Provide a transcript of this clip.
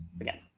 again